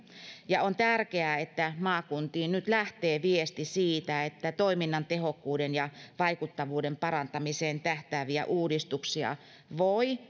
ja on tärkeää että maakuntiin nyt lähtee viesti siitä että toiminnan tehokkuuden ja vaikuttavuuden parantamiseen tähtääviä uudistuksia voi